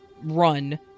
run